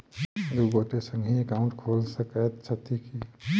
दु गोटे संगहि एकाउन्ट खोलि सकैत छथि की?